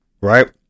right